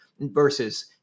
versus